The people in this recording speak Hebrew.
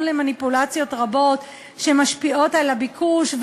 למניפולציות רבות שמשפיעות על הביקוש,